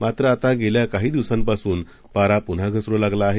मात्रआतागेल्याकाहीदिवसांपासूनपारापुन्हाघसरूलागलाआहे